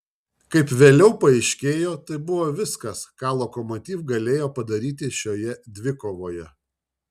kaip vėliau paaiškėjo tai buvo viskas ką lokomotiv galėjo padaryti šioje dvikovoje